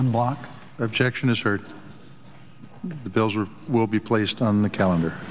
on block objection is heard the bills are will be placed on the calendar